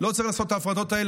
לא צריך לעשות את ההפרדות האלה.